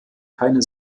keine